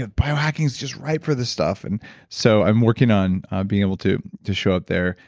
ah biohacking's just right for this stuff. and so i'm working on being able to to show up there,